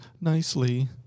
nicely